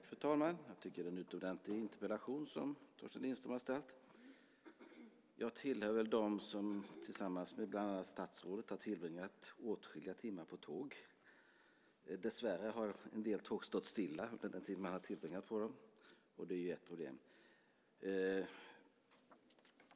Fru talman! Jag tycker att det är en utomordentlig interpellation som Torsten Lindström har ställt. Jag tillhör dem som, liksom statsrådet, har tillbringat åtskilliga timmar på tåg. Dessvärre har en del tåg stått stilla under den tid man har tillbringat på dem. Det är ett problem.